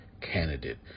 candidate